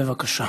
בבקשה.